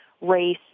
race